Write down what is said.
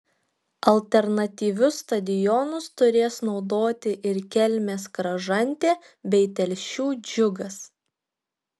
alternatyvius stadionus turės naudoti ir kelmės kražantė bei telšių džiugas